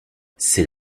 c’est